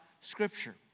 Scripture